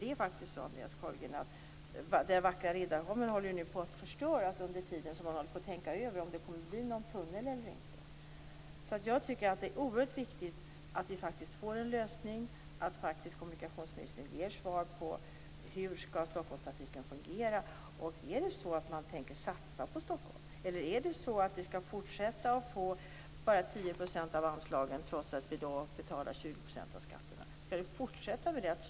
Det vackra Riddarholmen, Andreas Carlgren, håller nu på att förstöras under tiden som man tänker över om det kommer att bli någon tunnel eller inte. Jag tycker att det är oerhört viktigt att vi får en lösning och att kommunikationsministern ger ett svar på frågan hur Stockholmstrafiken skall fungera. Tänker man satsa på Stockholm? Eller skall vi fortfarande få bara 10 % av anslagen trots att vi betalar 20 % av skatterna? Skall Stockholm hela tiden få sämre resurser?